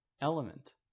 element